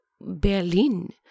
Berlin